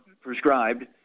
prescribed